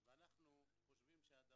לצערי הרב